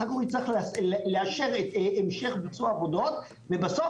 ואחר-כך הוא יצטרך לאשר את המשך ביצוע העבודות ובסוף,